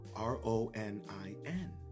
r-o-n-i-n